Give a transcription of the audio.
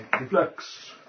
Reflex